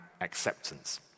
acceptance